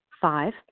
Five